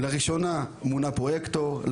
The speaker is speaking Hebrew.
לראשונה מונה פרויקטור להילולה,